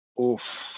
Oof